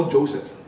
Joseph